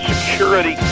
Security